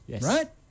right